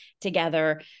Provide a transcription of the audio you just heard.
together